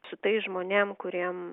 su tais žmonėm kuriem